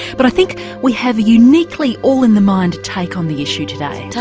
but i think we have a uniquely all in the mind take on the issue today.